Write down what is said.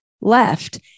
left